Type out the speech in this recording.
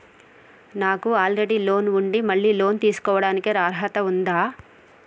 నాకు already loan ఉండి మళ్ళీ లోన్ తీసుకోవడానికి అర్హత ఉందా?